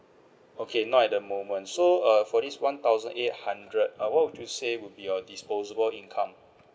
okay not at the moment so uh for this one thousand eight hundred uh what would you say would be your disposable income